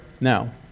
now